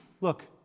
Look